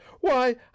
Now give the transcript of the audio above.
Why